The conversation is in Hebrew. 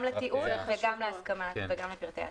גם לתיעוד וגם לפרטי ההסכמה.